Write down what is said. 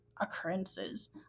occurrences